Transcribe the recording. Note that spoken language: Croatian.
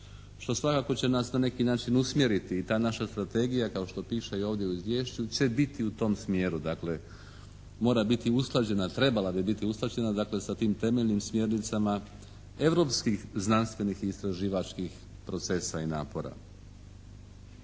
što svakako će nas na neki način usmjeriti i ta naša Strategija kao što piše i ovdje u Izvješću će biti u tom smjeru, dakle mora biti usklađena, trebala bi biti usklađena dakle sa tim temeljnim smjernicama europskih znanstvenih i istraživačkih procesa i napora.